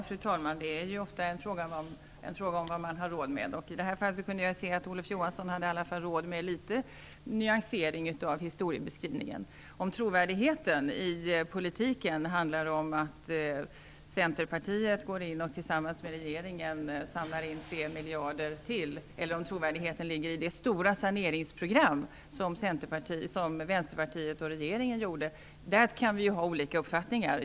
Fru talman! Visst är det ofta en fråga om vad man har råd med! I det här fallet kunde jag se att Olof Johansson i alla fall hade råd med en liten nyansering av historieskrivningen. Om trovärdigheten i politiken handlar om att Centerpartiet går in och tillsammans med regeringen samlar in 3 miljarder till eller om den ligger i det stora saneringsprogram som Vänsterpartiet och regeringen åstadkom - där kan vi ha olika uppfattningar.